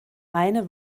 eine